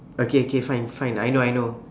okay okay fine fine I know I know